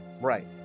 Right